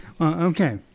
Okay